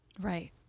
Right